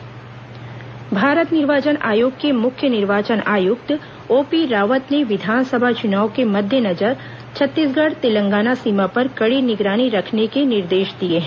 OP Rawat video conferencing Bharat निर्वाचन आयोग के मुख्य निर्वाचन आयुक्त ओपी रावत ने विधानसभा चुनाव के मद्देनजर छत्तीसगढ़ तेलंगाना सीमा पर कड़ी निगरानी रखने के निर्देश दिए हैं